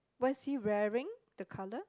what's he wearing the colour